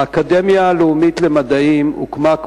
האקדמיה הלאומית למדעים הוקמה,